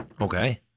Okay